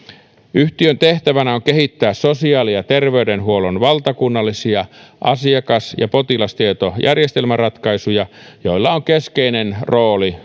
yhtiön tehtävänä on kehittää sosiaali ja terveydenhuollon valtakunnallisia asiakas ja potilastietojärjestelmäratkaisuja joilla on keskeinen rooli